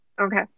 Okay